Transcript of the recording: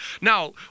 Now